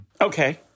Okay